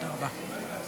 תודה רבה.